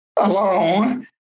alone